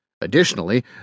Additionally